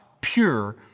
pure